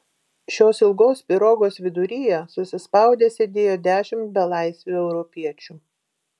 šios ilgos pirogos viduryje susispaudę sėdėjo dešimt belaisvių europiečių